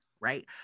right